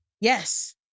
Yes